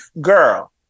girl